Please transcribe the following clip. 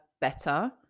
better